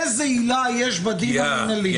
איזה עילה יש בדין המנהלי?